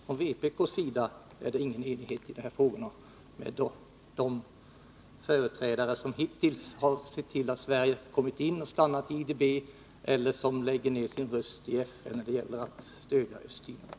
För vpk:s del är det ingen enighet i de här frågorna med dem som hittills har sett till att Sverige kommit in och stannat i IDB, eller som lägger ner sin röst i FN när det gäller att stödja Östtimor.